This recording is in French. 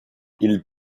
ils